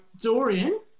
Dorian